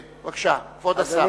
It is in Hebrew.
בבקשה, כבוד השר.